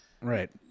right